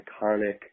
iconic